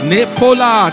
Nepola